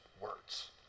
words